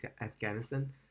Afghanistan